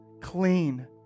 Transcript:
Clean